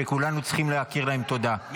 שכולנו צריכים להכיר להם תודה,